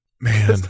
man